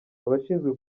abashinzwe